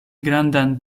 grandan